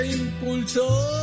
impulsó